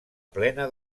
plena